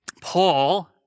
Paul